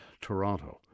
Toronto